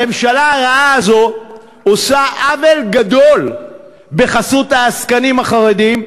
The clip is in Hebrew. הממשלה הרעה הזאת עושה עוול גדול בחסות העסקנים החרדים,